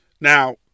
Now